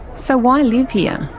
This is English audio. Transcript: so why live here?